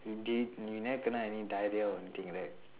you did~ you never kena any diarrhoea or anything right